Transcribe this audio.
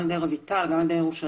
גם על ידי רויטל וגם על ידי ירושלם,